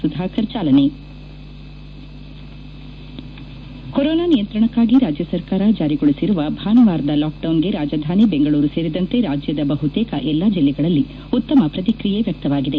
ಸುಧಾಕರ್ ಚಾಲನೆ ಕೊರೊನಾ ನಿಯಂತ್ರಣಕ್ಕಾಗಿ ರಾಜ್ಯ ಸರ್ಕಾರ ಜಾರಿಗೊಳಿಸಿರುವ ಭಾನುವಾರದ ಲಾಕ್ಡೌನ್ಗೆ ರಾಜಧಾನಿ ಬೆಂಗಳೂರು ಸೇರಿದಂತೆ ರಾಜ್ಜದ ಬಹುತೇಕ ಎಲ್ಲಾ ಜಿಲ್ಲೆಗಳಲ್ಲಿ ಉತ್ತಮ ಪ್ರತಿಕ್ರಿಯೆ ವ್ಯಕ್ತವಾಗಿದೆ